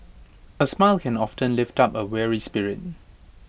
A smile can often lift up A weary spirit